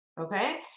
Okay